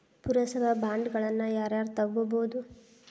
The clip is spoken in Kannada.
ಪುರಸಭಾ ಬಾಂಡ್ಗಳನ್ನ ಯಾರ ಯಾರ ತುಗೊಬೊದು?